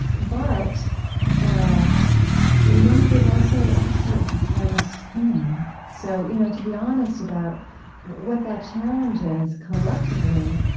but ah love is also absolutely the hardest thing. so, you know to be honest about what that challenge is collectively,